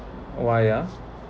why yes